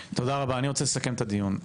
תודה רבה, אני רוצה לסכם את הדיון.